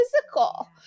physical